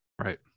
Right